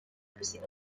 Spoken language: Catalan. piscina